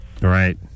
right